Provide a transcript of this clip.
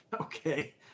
Okay